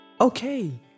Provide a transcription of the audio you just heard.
Okay